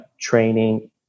training